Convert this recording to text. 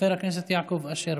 חבר הכנסת יעקב אשר,